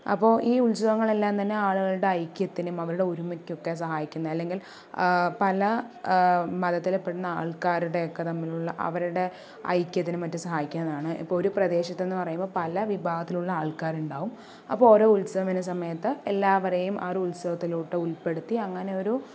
അപ്പോൾ ഈ ഉത്സവങ്ങളെല്ലാം തന്നെ ആളുകളുടെ ഐക്യത്തിനും അവരുടെ ഒരുമയ്ക്കും ഒക്കെ തന്നെ സഹായിക്കുന്ന അല്ലെങ്കിൽ പല മതത്തിലെ പെടുന്ന ആൾക്കാരുടെ ഒക്കെ തമ്മിലുള്ള അവരുടെ ഐക്യത്തിനും മറ്റും സഹായിക്കുന്നതാണ് ഇപ്പോൾ ഒരു പ്രദേശത്തെന്ന് പറയുമ്പോൾ പല വിഭാഗത്തിലുള്ള ആൾക്കാരുണ്ടാവും അപ്പോൾ ഓരോ ഉത്സവം വരുന്ന സമയത്ത് എല്ലാവരെയും ആ ഒരുത്സവത്തിലോട്ട് ഉൾപ്പെടുത്തി അങ്ങനെ ഒരു